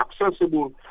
accessible